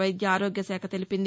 వైద్య ఆరోగ్య శాఖ తెలిపింది